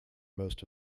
most